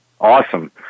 Awesome